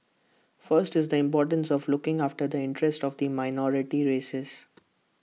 first is the importance of looking after the interest of the minority races